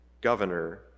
governor